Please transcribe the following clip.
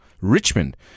Richmond